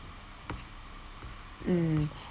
mm